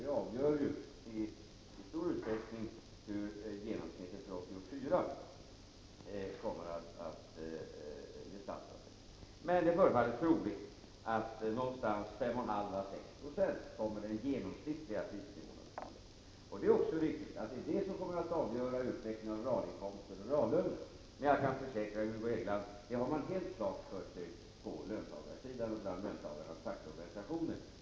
Det avgör i stor utsträckning hur genomsnittet för 1984 kommer att gestalta sig. Men det förefaller troligt att den genomsnittliga prisnivån kommer att stiga 5,5 å 6 26. Det är också viktigt, att det är det som kommer att avgöra utvecklingen av realinkomster och reallöner. Jag kan försäkra Hugo Hegeland, att detta har man helt klart för sig på löntagarsidan och bland löntagarnas fackliga organisationer.